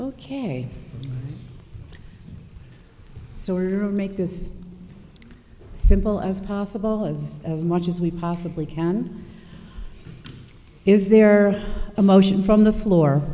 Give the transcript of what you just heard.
ok so we're make this simple as possible as as much as we possibly can is there a motion from the floor